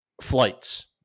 flights